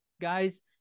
guys